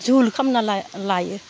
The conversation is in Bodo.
झुल खालामना लायो